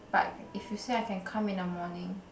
but if you say I can come in the morning